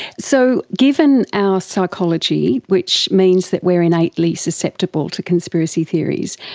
so given our psychology, which means that we are innately susceptible to conspiracy theories,